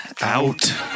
Out